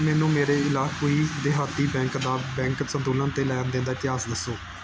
ਮੈਨੂੰ ਮੇਰੇ ਏਲਾਕੁਈ ਦੇਹਾਤੀ ਬੈਂਕ ਦਾ ਬੈਂਕ ਸੰਤੁਲਨ ਅਤੇ ਲੈਣ ਦੇਣ ਦਾ ਇਤਿਹਾਸ ਦੱਸੋ